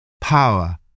Power